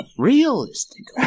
realistic